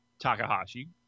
Takahashi